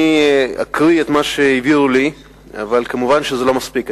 אני אקרא את מה שהביאו לי, אבל מובן שזה לא מספיק.